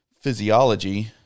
physiology